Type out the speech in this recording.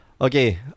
Okay